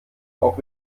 auch